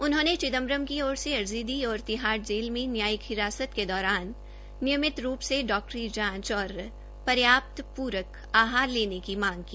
उन्होंने चिदंम्बरम की ओर से अर्जी दी और तिहाड़ जेल में न्यायिक हिरासत के दौरान नियमित रूप से डाकटरी जांच और पर्याप्त पूरक आहार लेने की मांग की